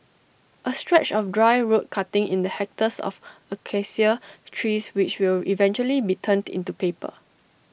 A stretch of dry road cutting in the hectares of Acacia trees which will eventually be turned into paper